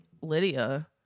lydia